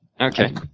Okay